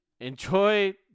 Enjoy